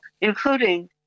including